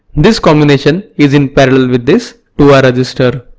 this combination is in parallel with this two r resistor.